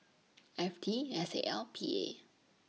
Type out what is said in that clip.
F T S A L P A